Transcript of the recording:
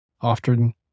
often